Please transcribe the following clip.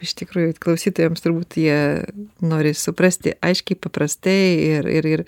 iš tikrųjų klausytojams turbūt jie nori suprasti aiškiai paprastai ir ir ir